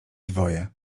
dwoje